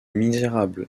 misérable